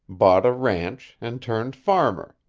bought a ranch, and turned farmer.